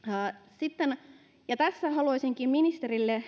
tässä haluaisinkin ministerille